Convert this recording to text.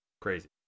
crazy